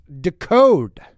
decode